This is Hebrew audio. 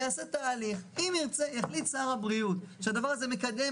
איך הוא יתחרה בלי תקציב